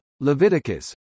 Leviticus